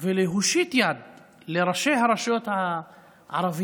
ולהושיט יד לראשי הרשויות הערביות,